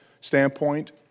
standpoint